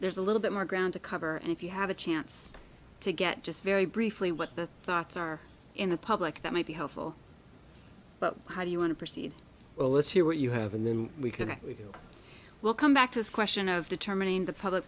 there's a little bit more ground to cover and if you have a chance to get just very briefly what the thoughts are in the public that might be helpful but how do you want to proceed well let's hear what you have and then we connect with you we'll come back to us question of determining the public